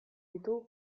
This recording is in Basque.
ditu